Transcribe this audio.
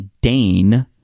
Dane